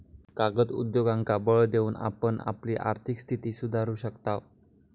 कागद उद्योगांका बळ देऊन आपण आपली आर्थिक स्थिती सुधारू शकताव